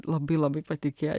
labai labai patikę